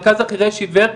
במרכז לחרש עיוור,